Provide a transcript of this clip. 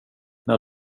när